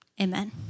amen